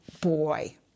boy